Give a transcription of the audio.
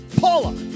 Paula